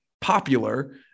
popular